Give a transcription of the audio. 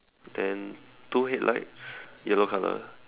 then two headlights yellow color